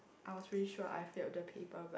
I was really sure I failed the paper but